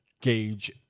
gauge